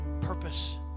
purpose